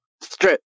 Strip